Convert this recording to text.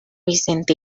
vicente